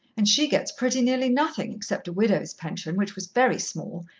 and she gets pretty nearly nothing, except a widow's pension, which was very small,